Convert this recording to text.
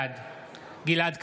בעד גלעד קריב,